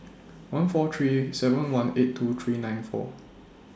one four three seven one eight two three nine four